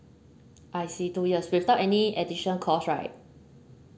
I see two years without any additional cost right